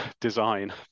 design